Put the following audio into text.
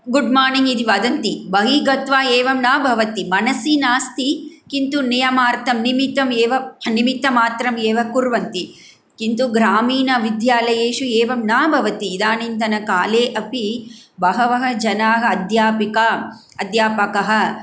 good morning इति वदन्ति बहिः गत्वा एवं न भवति मनसि नास्ति किन्तु नियमार्थं निमित्तमेव निमित्तमात्रमेव कुर्वन्ति किन्तु ग्रामीणविद्यालयेषु एवं न भवति इदानीन्तनकाले अपि बहवः जनाः अध्यापिका अध्यापकः